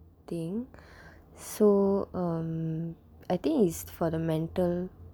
thing so um I think is for the mental